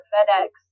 FedEx